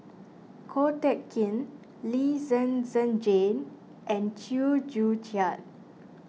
Ko Teck Kin Lee Zhen Zhen Jane and Chew Joo Chiat